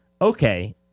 Okay